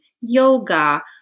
yoga